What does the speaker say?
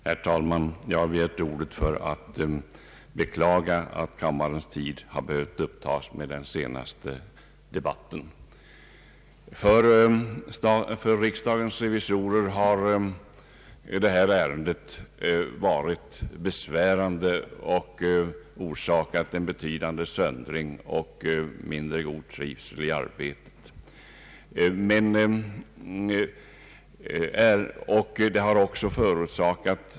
Herr talman! Jag har begärt ordet för att beklaga att kammarens tid har behövt upptagas med denna senaste debatt. För riksdagens revisorer har detta ärende varit besvärande och orsakat en betydande söndring och mindre god trivsel i arbetet.